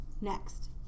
next